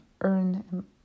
earn